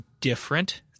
different